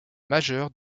majeurs